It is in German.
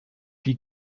wie